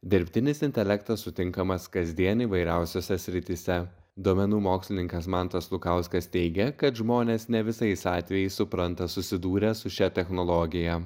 dirbtinis intelektas sutinkamas kasdien įvairiausiose srityse duomenų mokslininkas mantas lukauskas teigia kad žmonės ne visais atvejais supranta susidūrę su šia technologija